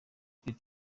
kuri